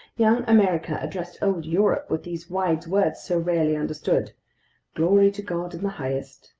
young america addressed old europe with these wise words so rarely understood glory to god in the highest,